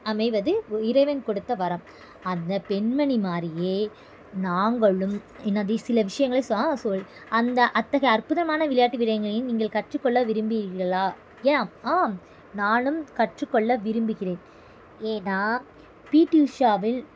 அமைவது ஒரு இறைவன் கொடுத்த வரம் அந்த பெண்மணிமாதிரியே நாங்களும் என்னது சில விஷயங்களை சொல் அந்த அத்தகைய அற்புதமான விளையாட்டு வீராங்கனையின் நீங்கள் கற்றுக்கொள்ள விரும்புகிறீர்களா யா ஆம் நானும் கற்றுக்கொள்ள விரும்புகிறேன் ஏன்னா பிடி உஷாவின்